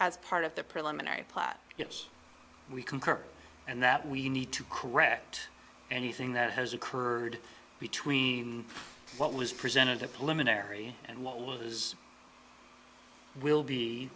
as part of the preliminary plot yes we concur and that we need to correct anything that has occurred between what was presented